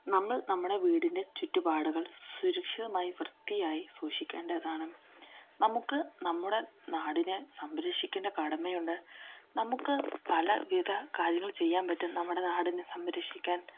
നമ്മൾ നമ്മുടെ വീടിൻ്റെ ചുറ്റുപാടകൾ സുരക്ഷിതമായി വൃത്തിയായി സൂക്ഷിക്കേണ്ടതാണ് നമുക്ക് നമ്മുടെ നാടിനെ സംരക്ഷിക്കേണ്ട കടമയുണ്ട് നമുക്ക് പല വിധ കാര്യങ്ങൾ ചെയ്യാൻ പറ്റും നമ്മുടെ നാടിനെ സംരക്ഷിക്കാൻ